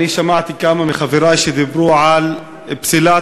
אני שמעתי כמה מחברי שדיברו על פסילת